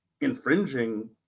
infringing